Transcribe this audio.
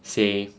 say